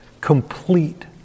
complete